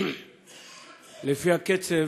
לפי הקצב,